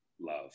Love